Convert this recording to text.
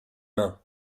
mains